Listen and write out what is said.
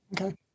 Okay